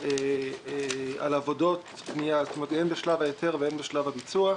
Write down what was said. על עבודות בנייה הן בשלב ההיתר והן בשלב הביצוע.